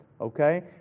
okay